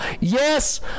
Yes